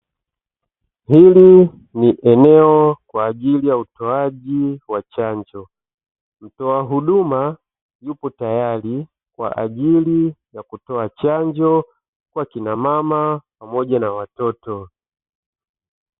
Hili ni eneo kwa ajili ya utoaji wa chanjo, mtoa huduma yupo tayari kwa ajili ya kutoa chanjo kwa kina mama pamoja na watoto.